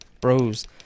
bros